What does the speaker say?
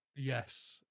yes